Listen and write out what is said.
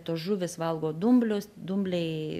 tos žuvys valgo dumblius dumbliai